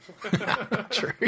True